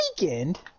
weekend